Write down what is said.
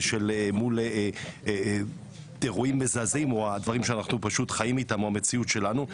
מול אירועים מזעזעים או הדברים שאנחנו פשוט חיים איתם או המציאות שלנו.